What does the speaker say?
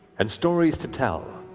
and stories to tell,